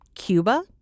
Cuba